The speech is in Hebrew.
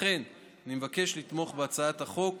לכן אני מבקש לתמוך בהצעת החוק